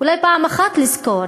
אולי פעם אחת לזכור